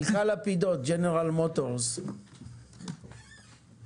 מיכל לפידות, "ג'נרל מוטורס", בבקשה.